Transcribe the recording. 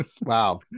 Wow